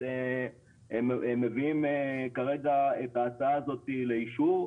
הם מביאים כרגע את ההצעה הזאת לאישור,